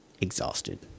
exhausted